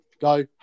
Go